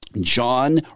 John